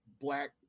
black